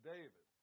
David